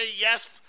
yes